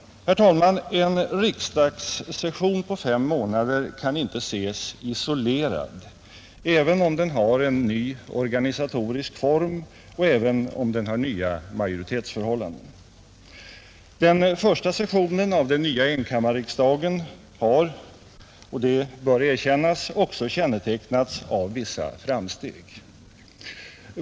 Herr talman! En riksdagssession på fem månader kan inte ses isolerad även om den har en ny organisatorisk form och även om den har nya majoritetsförhållanden. Den första sessionen av den nya enkammarriksdagen har — det bör erkännas — också kännetecknats av vissa framsteg.